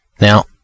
Now